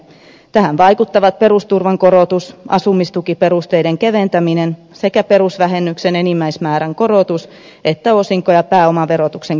tähän vaikuttavat sekä perusturvan korotus asumistukiperusteiden keventäminen perusvähennyksen enimmäismäärän korotus että osinko ja pääomaverotuksen kiristyminen